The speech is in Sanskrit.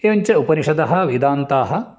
एवं च उपनिषदः वेदान्ताः